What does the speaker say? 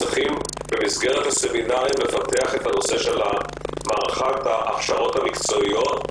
במסגרת הסמינרים צריך לפתח את ההכשרות המקצועיות.